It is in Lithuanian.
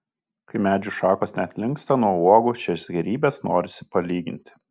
kai medžių šakos net linksta nuo uogų šias gėrybes norisi palyginti